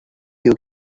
you